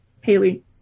haley